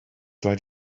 rhaid